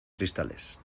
cristales